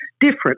different